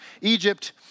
Egypt